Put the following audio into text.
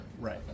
Right